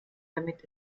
damit